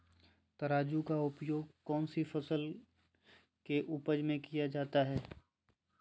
तराजू का उपयोग कौन सी फसल के उपज में किया जाता है?